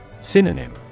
Synonym